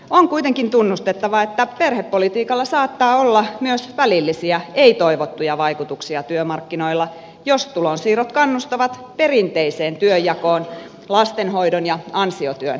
on kuitenkin tunnustettava että perhepolitiikalla saattaa olla myös välillisiä ei toivottuja vaikutuksia työmarkkinoilla jos tulonsiirrot kannustavat perinteiseen työnjakoon lastenhoidon ja ansiotyön välillä